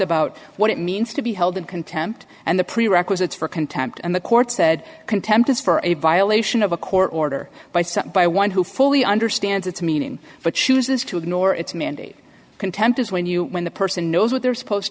about what it means to be held in contempt and the prerequisites for contempt and the court said contempt is for a violation of a court order by some by one who fully understands its meaning but chooses to ignore its mandate contempt is when you when the person knows what they're supposed